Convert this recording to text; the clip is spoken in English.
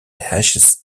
ashes